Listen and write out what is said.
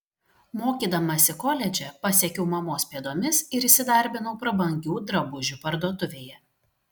mokydamasi koledže pasekiau mamos pėdomis ir įsidarbinau prabangių drabužių parduotuvėje